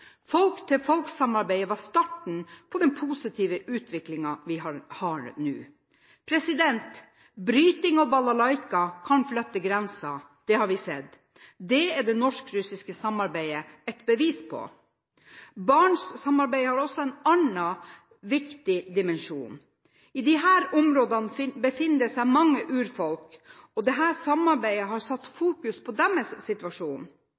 var starten på den positive utviklingen vi har nå. Bryting og balalaika kan flytte grenser, det har vi sett. Det er det norsk-russiske samarbeidet et bevis på. Barentssamarbeidet har også en annen og viktig dimensjon. I disse områdene befinner det seg mange urfolk, og dette samarbeidet har satt fokus på deres situasjon.